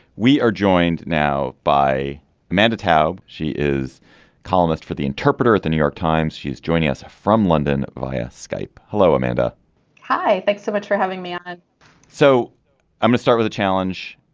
we are joined now by amanda tabb. she is columnist for the interpreter at the new york times. she is joining us from london via skype. hello amanda hi. thanks so much for having me on ah so um let's start with the challenge.